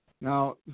Now